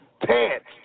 pants